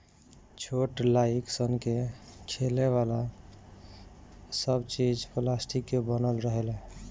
छोट लाइक सन के खेले वाला सब चीज़ पलास्टिक से बनल रहेला